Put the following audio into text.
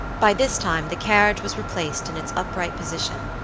by this time the carriage was replaced in its upright position,